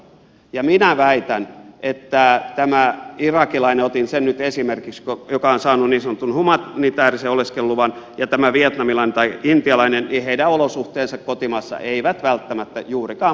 ja minä väitän että eivät tämän irakilaisen otin sen nyt esimerkiksi joka on saanut niin sanotun humanitäärisen oleskeluluvan ja tämän vietnamilaisen tai intialaisen olosuhteet kotimaassa välttämättä juurikaan poikkea toisistaan